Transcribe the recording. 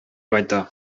кайта